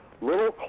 little